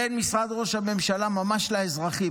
בין משרד ראש הממשלה ממש לאזרחים.